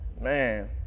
man